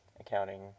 accounting